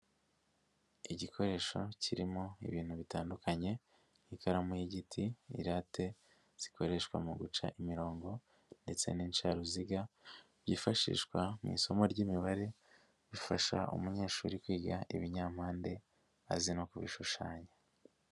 Igikoresho kirimo ibintu bitandukanye, ikaramu y'igiti, irate zikoreshwa mu guca imirongo ndetse n'incaruziga byifashishwa mu isomo ry'Imibare bifasha umunyeshuri kwiga ibinyampande azi no kubishushanya.